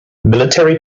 military